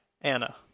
Anna